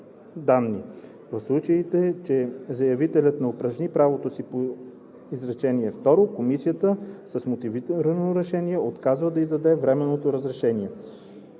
В случай че заявителят не упражни правото си по изречение второ, комисията с мотивирано решение отказва да издаде временно разрешение.“